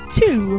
two